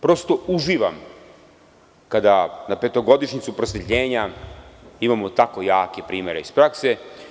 Prosto uživam kada na petogodišnjicu prosvetljenja imamo tako jake primere iz prakse.